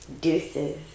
deuces